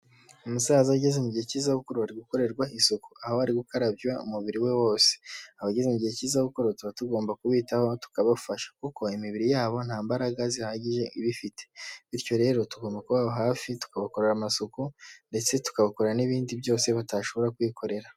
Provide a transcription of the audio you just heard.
Umusaza ageze igihe cy'izabukuru ari gukorerwa isuku ahori gukarabya umubiri we wose ,abagize igihe cyiza gukora tuba tugomba kubitaho tukabafasha kuko imibiri yabo nta mbaraga zihagije ibifite bityo rero tugomba kubaba hafi tukabakorera amasuku ndetse tugabakora n'ibindi byose batashobora kukorera.